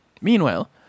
Meanwhile